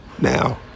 Now